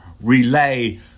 relay